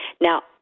Now